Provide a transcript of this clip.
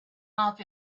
off